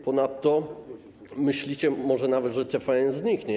Ponadto myślicie może nawet, że TVN zniknie.